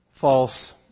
false